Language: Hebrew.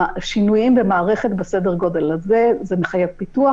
שינויים במערכת בסדר הגודל הזה זה מחייב פיתוח